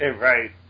Right